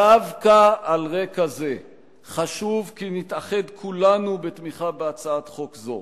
דווקא על רקע זה חשוב שנתאחד כולנו בתמיכה בהצעת חוק זו,